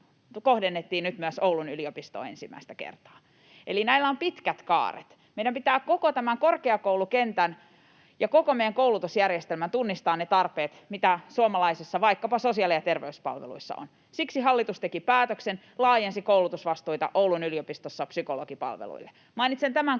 kohdennettiin nyt myös Oulun yliopistoon ensimmäistä kertaa. Eli näillä on pitkät kaaret. Meillä pitää koko korkeakoulukentän ja koko meidän koulutusjärjestelmän tunnistaa ne tarpeet, mitä suomalaisissa vaikkapa sosiaali‑ ja terveyspalveluissa on. Siksi hallitus teki päätöksen, laajensi koulutusvastuita Oulun yliopistossa psykologipalveluille. Mainitsen tämän